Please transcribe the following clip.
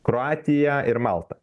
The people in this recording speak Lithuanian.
kroatiją ir maltą